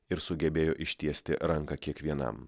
ir sugebėjo ištiesti ranką kiekvienam